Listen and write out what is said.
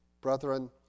Brethren